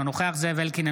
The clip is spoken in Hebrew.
אינו נוכח זאב אלקין,